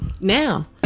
now